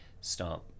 start